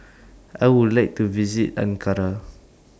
I Would like to visit Ankara